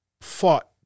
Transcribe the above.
fought